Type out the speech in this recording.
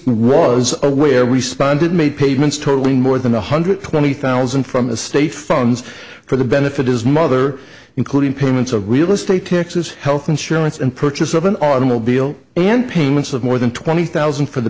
was aware responded made payments totaling more than one hundred twenty thousand from the state funds for the benefit his mother including payments of real estate taxes health insurance and purchase of an automobile and payments of more than twenty thousand for the